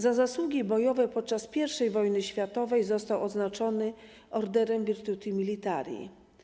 Za zasługi bojowe podczas I wojny światowej został odznaczony Orderem Virtuti Militari.